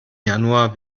januar